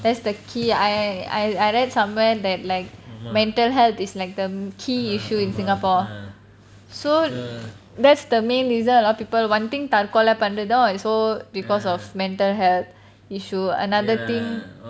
that's the key I I I read somewhere that like mental health is like the key issue in singapore so that's the main reason a lot of people தற்கொலை பண்றது:tharkolai panrathu so because of mental health issue another thing